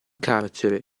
carcere